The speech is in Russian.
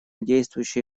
действующий